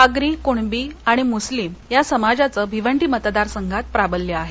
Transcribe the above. आगरी कुणबी आणि मुस्लिम या समाजाचं भिवंडी मतदारसंघात प्राबल्य आहे